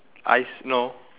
eyes no